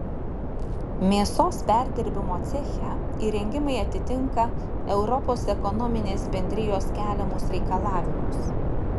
mėsos perdirbimo ceche įrengimai atitinka europos ekonominės bendrijos keliamus reikalavimus